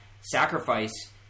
sacrifice